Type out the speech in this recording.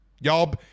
Y'all